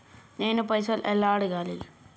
నేను పైసలు ఎలా అడగాలి?